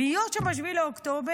להיות שם ב-7 באוקטובר,